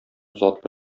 затлы